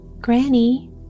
Granny